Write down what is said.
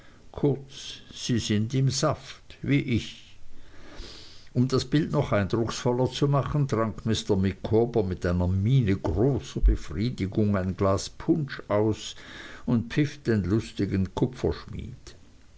sie sind im saft wie ich um das bild noch eindrucksvoller zu machen trank mr micawber mit einer miene großer befriedigung ein glas punsch aus und pfiff den lustigen kupferschmied